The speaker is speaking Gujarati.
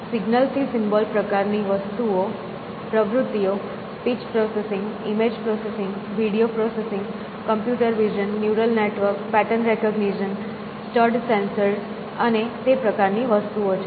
સિગ્નલ થી સિમ્બોલ પ્રકારની પ્રવૃત્તિઓ speech processing image processing video processing computer vision neural network pattern recognition stud sensors અને તે પ્રકારની વસ્તુઓ છે